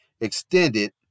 extended